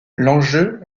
l’enjeu